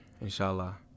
Inshallah